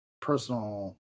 personal